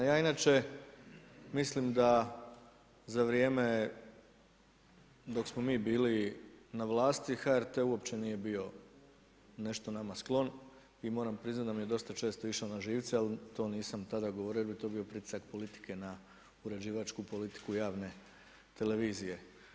Ja inače mislim da za vrijeme dok smo mi bili na vlasti HRT uopće nije bio nešto nama sklon i moram priznati da mi je dosta često išao na živce, ali to nisam tada govorio jer bi to bio pritisak politike na uređivačku politiku javne televizije.